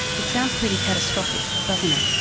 it sounds pretty catastrophic, doesn't it?